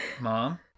Mom